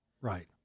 right